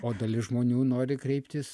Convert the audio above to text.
o dalis žmonių nori kreiptis